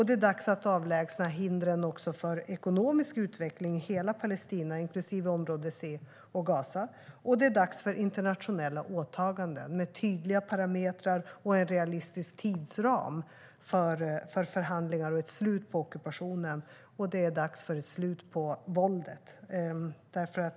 Det är dags att avlägsna hindren för ekonomisk utveckling i hela Palestina, inklusive område C och Gaza. Det är dags för internationella åtaganden med tydliga parametrar och en realistisk tidsram för förhandlingar och ett slut på ockupationen. Det är dags för ett slut på våldet.